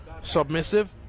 submissive